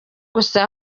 gusa